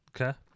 Okay